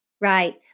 Right